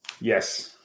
Yes